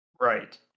Right